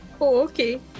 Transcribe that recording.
okay